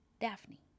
Daphne